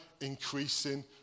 increasing